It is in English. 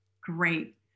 Great